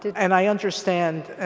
and i understand,